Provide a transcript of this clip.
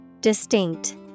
Distinct